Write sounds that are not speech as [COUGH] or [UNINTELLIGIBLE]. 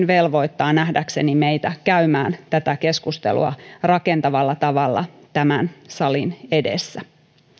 [UNINTELLIGIBLE] velvoittaa nähdäkseni meitä käymään tätä keskustelua rakentavalla tavalla tämän salin edessä